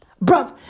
Bro